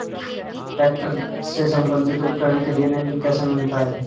Tractor से संबंधित उपकरण के लिए ऋण कैसे मिलता है?